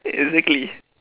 exactly